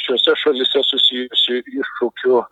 šiose šalyse susijusių iššūkių